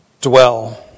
dwell